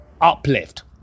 uplift